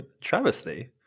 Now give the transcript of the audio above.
Travesty